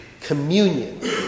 communion